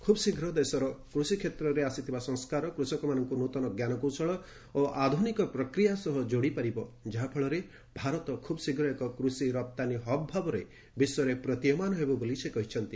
ଖୁବ୍ ଶୀଘ୍ର ଦେଶର କୃଷି କ୍ଷେତ୍ରରେ ଆସିଥିବା ସଂସ୍କାର କୃଷକମାନଙ୍କୁ ନୃତନ ଜ୍ଞାନକୌଶଳ ଓ ଆଧୁନିକ ପ୍ରକ୍ରିୟା ସହ ଯୋଡ଼ିପାରିବ ଯାହାଫଳରେ ଭାରତ ଖୁବ୍ ଶୀଘ୍ର ଏକ କୃଷି ରପ୍ତାନୀ ହବ୍ ଭାବରେ ବିଶ୍ୱରେ ପ୍ରତୀୟମାନ ହେବ ବୋଲି ସେ କହିଛନ୍ତି